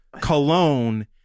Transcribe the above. cologne